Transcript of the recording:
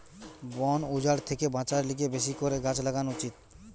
বন উজাড় থেকে বাঁচার লিগে বেশি করে গাছ লাগান উচিত